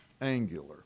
angular